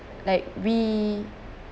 like we